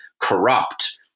corrupt